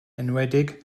enwedig